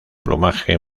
plumaje